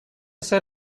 ser